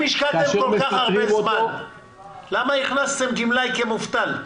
השקעתם כל כך הרבה זמן למה הכנסתם גמלאי כמובטל?